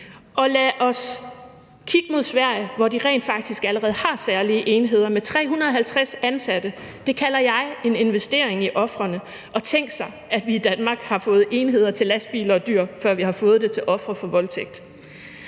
Og lad os kigge mod Sverige, hvor de rent faktisk allerede har særlige enheder med 350 ansatte. Det kalder jeg en investering i ofrene. Og tænk, at vi i Danmark har fået enheder til lastbiler og dyr, før vi har fået det til ofre for voldtægt.